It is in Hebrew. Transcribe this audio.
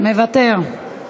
מוותר.